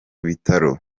bitaro